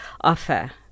offer